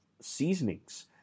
seasonings